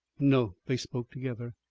no! they spoke together.